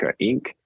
inc